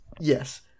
Yes